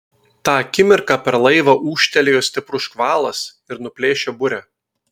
tą akimirką per laivą ūžtelėjo stiprus škvalas ir nuplėšė burę